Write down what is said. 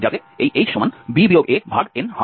যাতে এই hn হয়